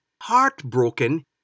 heartbroken